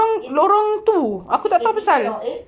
is it is it is it eighty eight or eight